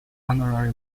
honorary